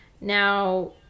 Now